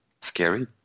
scary